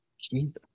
Jesus